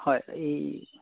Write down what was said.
হয় এই